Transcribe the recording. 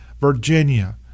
Virginia